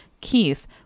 Keith